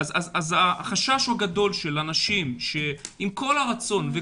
החשש הגדול של האנשים היא שעם כל הרצון הטוב,